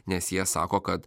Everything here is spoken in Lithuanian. nes jie sako kad